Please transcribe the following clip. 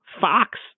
Fox